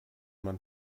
man